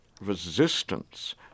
resistance